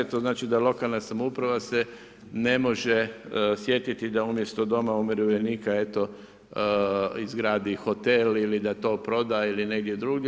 To znači da lokalna samouprava se ne može sjetiti da umjesto doma umirovljenika eto izgradi hotel ili da to proda ili negdje drugdje.